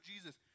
Jesus